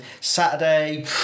Saturday